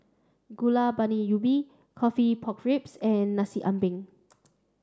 Gulai Baun Ubi coffee pork ribs and Nasi Ambeng